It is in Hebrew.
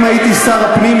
אילו הייתי שר הפנים,